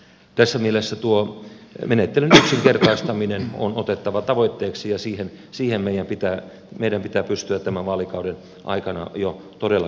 tässä mielessä tuo menettelyn yksinkertaistaminen on otettava tavoitteeksi ja siihen meidän pitää pystyä tämän vaalikauden aikana jo todellakin pääsemään